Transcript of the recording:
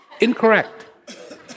incorrect